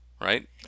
right